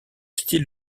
style